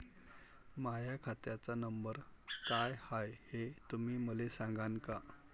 माह्या खात्याचा नंबर काय हाय हे तुम्ही मले सागांन का?